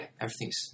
everything's